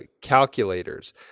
calculators